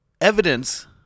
evidence